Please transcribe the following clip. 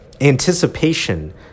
anticipation